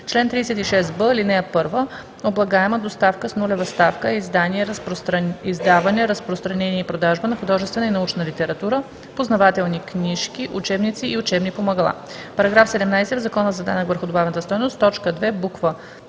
„Чл. 36б, ал. 1 Облагаема доставка с нулева ставка е издаване, разпространение и продажба на художествена и научна литература, познавателни книжки, учебници и учебни помагала.“ В § 17 В Закона за данък върху добавената стойност т. 2, буква